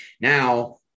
Now